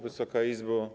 Wysoka Izbo!